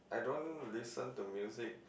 I don't listen to music